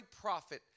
prophet